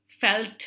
felt